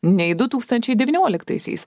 nei du tūkstančiai devynioliktaisiais